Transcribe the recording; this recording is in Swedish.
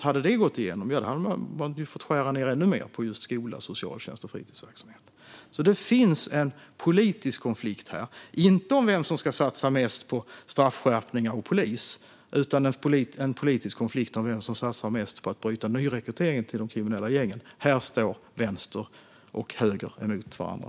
Hade det gått igenom hade man fått skära ned ännu mer på skola, fritidsverksamhet och socialtjänst. Det finns alltså en politisk konflikt här - inte om vem som ska satsa mest på straffskärpningar och polis utan om vem som satsar mest på att bryta nyrekryteringen till de kriminella gängen. Här står vänster och höger emot varandra.